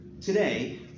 today